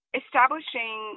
establishing